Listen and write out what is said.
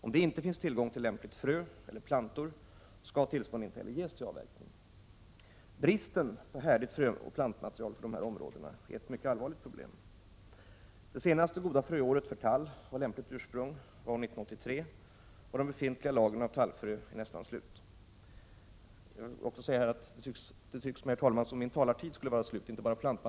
Om det inte finns tillgång till lämpligt frö eller plantor skall tillstånd inte heller ges till avverkning. Bristen på härdigt fröoch plantmaterial för dessa områden är ett mycket allvarligt problem. Det senaste goda fröåret för tall av lämpligt ursprung var år 1983, och de befintliga lagren av tallfrö är nästan slut.